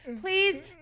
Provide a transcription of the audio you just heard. please